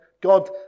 God